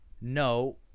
No